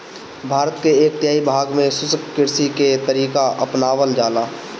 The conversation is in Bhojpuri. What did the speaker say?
भारत के एक तिहाई भाग में शुष्क कृषि के तरीका अपनावल जाला